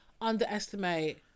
underestimate